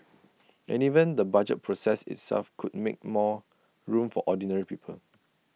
and even the budget process itself could make more room for ordinary people